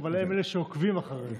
אחרינו, אבל הם אלה שעוקבים אחרינו.